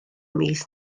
mis